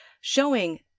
showing